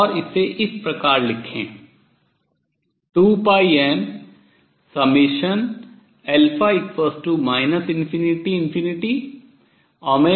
और इसे इस प्रकार लिखें 2πm ∞nn